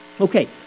Okay